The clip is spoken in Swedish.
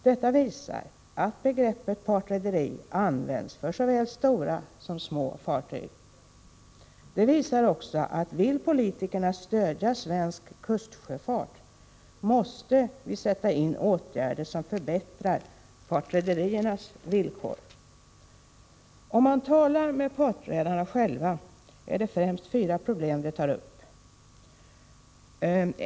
Det här visar att begreppet partrederi används för såväl stora som små fartyg. Detta visar också att om vi politiker vill stödja svensk kustsjöfart, måste vi sätta in åtgärder som förbättrar partrederiernas villkor. När man talar med partredarna själva är det främst fyra problem som de tar upp.